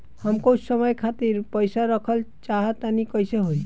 हम कुछ समय खातिर पईसा रखल चाह तानि कइसे होई?